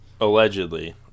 Allegedly